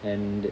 and